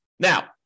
Now